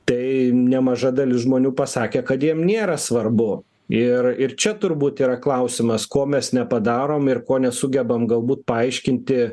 tai nemaža dalis žmonių pasakė kad jiems nėra svarbu ir ir čia turbūt yra klausimas ko mes nepadarom ir ko nesugebam galbūt paaiškinti